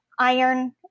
iron